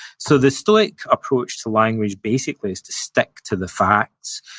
so, the stoic approach to language, basically, is to stick to the facts.